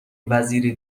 وزیری